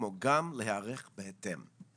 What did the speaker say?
כמו גם להיערך בהתאם.